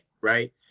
right